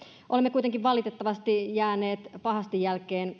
olemme kuitenkin valitettavasti jääneet pahasti jälkeen